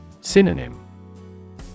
Synonym